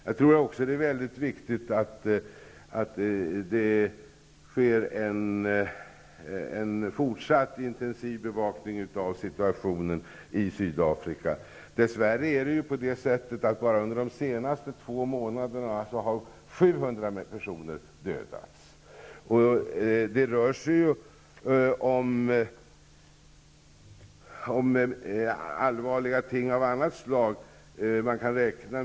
Jag tror också att det är mycket viktigt att det sker en fortsatt intensiv bevakning av situationen i Sydafrika. Under bara de senaste månaderna har dess värre 700 personer dödats. Det sker också allvarliga saker av annat slag.